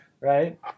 right